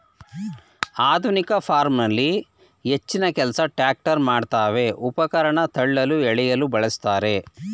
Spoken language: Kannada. ಆಧುನಿಕ ಫಾರ್ಮಲ್ಲಿ ಹೆಚ್ಚಿನಕೆಲ್ಸ ಟ್ರ್ಯಾಕ್ಟರ್ ಮಾಡ್ತವೆ ಉಪಕರಣ ತಳ್ಳಲು ಎಳೆಯಲು ಬಳುಸ್ತಾರೆ